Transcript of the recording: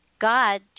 God